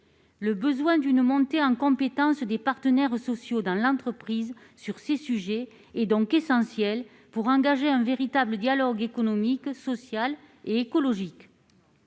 le besoin d'une montée en compétence des partenaires sociaux dans l'entreprise, sur ces sujets et donc essentiel pour engager un véritable dialogue économique, social et écologique.